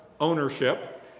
ownership